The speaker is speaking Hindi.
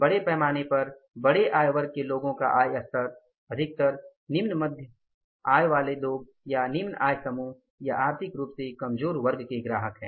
बड़े पैमाने पर बड़े आय वर्ग के लोगों का आय स्तर अधिकतर निम्न मध्यम आय वाले लोग या निम्न आय समूह या आर्थिक रूप से कमजोर वर्ग के ग्राहक हैं